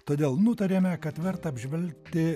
todėl nutarėme kad verta apžvelgti